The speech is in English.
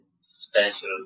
special